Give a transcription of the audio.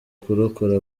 kurokora